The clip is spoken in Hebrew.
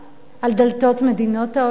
על דלתות מדינות העולם,